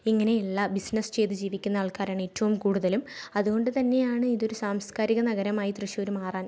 ഇങ്ങനെയുള്ള ബിസിനസ്സ് ചെയ്ത് ജീവിക്കുന്ന ആൾക്കാരാണ് ഏറ്റവും കൂടുതലും അതുകൊണ്ട് തന്നെയാണ് ഇതൊരു സാംസ്കാരിക നഗരമായി തൃശ്ശൂർ മാറാൻ